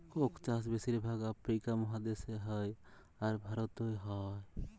Coke চাষ বেশির ভাগ আফ্রিকা মহাদেশে হ্যয়, আর ভারতেও হ্য়য়